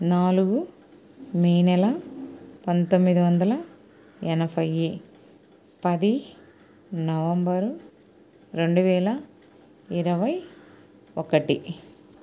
నాలుగు మే నెల పంతొమ్మిది వందల ఎనభై పది నవంబరు రెండు వేల ఇరవై ఒకటి